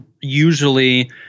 usually